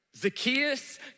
Zacchaeus